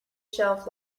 shelf